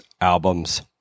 albums